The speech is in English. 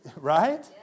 Right